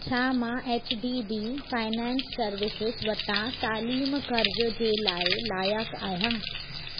छा मां H D B finance services वटां तालीम क़र्ज़ु जे लाइ लाइक़ु आहियां